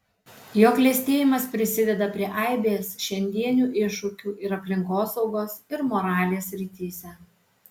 jo klestėjimas prisideda prie aibės šiandienių iššūkių ir aplinkosaugos ir moralės srityse